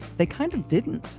they kind of didn't!